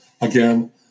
again